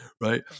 right